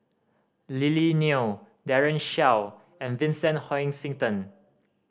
Lily Neo Daren Shiau and Vincent Hoisington